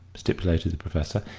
stipulated professor,